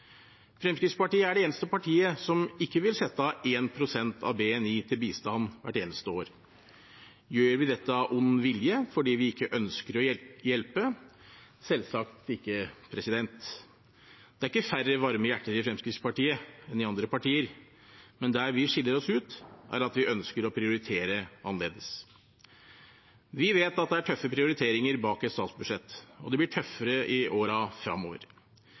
Fremskrittspartiet er det eneste partiet som ikke vil sette av 1 pst. av BNI til bistand hvert eneste år. Gjør vi dette av ond vilje, fordi vi ikke ønsker å hjelpe? Selvsagt ikke, det er ikke færre varme hjerter i Fremskrittspartiet enn i andre partier, men der vi skiller oss ut, er at vi ønsker å prioritere annerledes. Vi vet at det er tøffe prioriteringer bak et statsbudsjett, og det blir tøffere i